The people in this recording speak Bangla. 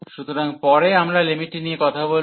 সুতরাং পরে আমরা লিমিটটি নিয়ে কথা বলব